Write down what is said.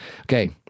Okay